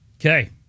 Okay